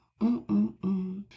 mm-mm-mm